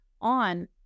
on